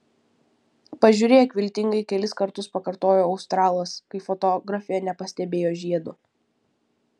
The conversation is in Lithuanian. pažiūrėk viltingai kelis kartus pakartojo australas kai fotografė nepastebėjo žiedo